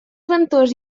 ventós